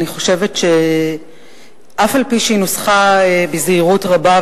אני חושבת שאף-על-פי שהיא נוסחה בזהירות רבה,